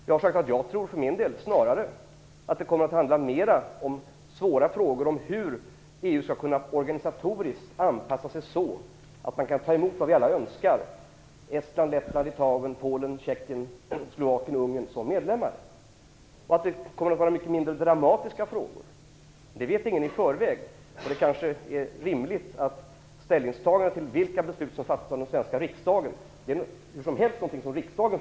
Jag har sagt att jag för min del snarare tror att det kommer att handla mera om svåra frågor såsom hur EU organisatoriskt skall kunna anpassa sig så att man kan ta emot, vilket vi alla önskar, Estland, Lettland, Litauen, Polen, Tjeckien, Slovakien och Ungern som medlemmar och att det inte kommer att gälla så många dramatiska frågor. Det är ingen som i förväg vet hur det blir. Vilka beslut som skall fattas av den svenska riksdagen är hur som helst en fråga för riksdagen.